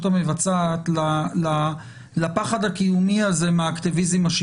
המבצעת לפחד הקיומי הזה מהאקטיביזם השיפוטי.